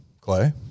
Clay